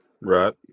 right